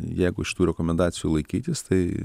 jeigu šitų rekomendacijų laikytis tai